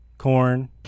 corn